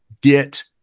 get